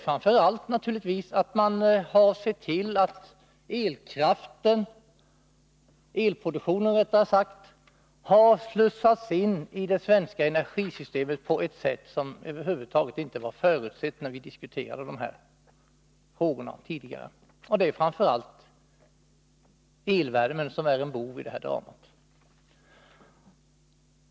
Framför allt har man sett till, att elproduktionen har slussats in i det svenska energisystemet på ett sätt som över huvud taget inte var förutsett när vi diskuterade de här frågorna tidigare. I första hand är det alltså elvärmen som är en bov i det här dramat.